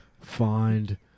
find